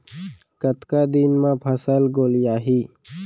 कतका दिन म फसल गोलियाही?